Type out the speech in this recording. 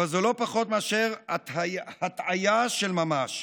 אבל זה לא פחות מאשר הטעיה של ממש.